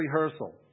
rehearsal